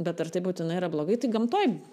bet ar tai būtinai yra blogai tai gamtoj